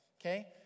Okay